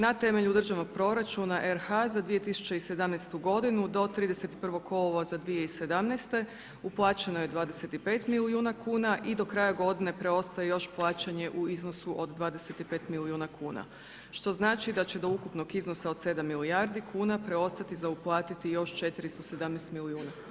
Na temelju Državnog proračuna RH za 2017. godinu do 31. kolovoza 2017. uplaćeno je 25 milijuna kuna i do kraja godine preostaje još plaćanje u iznosu od 25 milijuna kuna što znači da će do ukupnog iznosa od 7 milijardi kuna preostati za uplatiti još 417 milijuna.